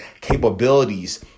capabilities